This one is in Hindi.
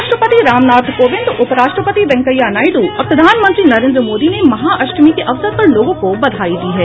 राष्ट्रपति रामनाथ कोविंद उप राष्ट्रपति वेंकैया नायडु और प्रधानमंत्री नरेन्द्र मोदी ने महाअष्टमी के अवसर पर लोगों को बधाई दी है